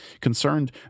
concerned